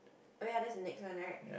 oh ya that's the next one right